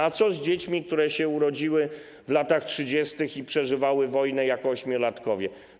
A co z dziećmi, które się urodziły w latach 30. i przeżywały wojnę jako ośmiolatki?